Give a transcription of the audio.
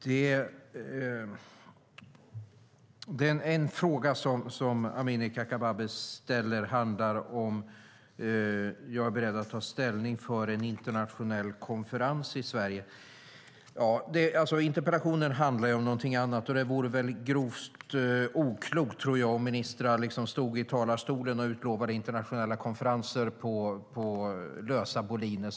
Fru talman! En fråga som Amineh Kakabaveh ställer handlar om huruvida jag är beredd att ta ställning för en internationell konferens i Sverige. Interpellationer handlar ju om något annat, och det vore nog oklokt om ministrar stod här i talarstolen och utlovade internationella konferenser på lösa boliner.